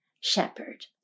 shepherd